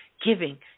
giving